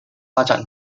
发展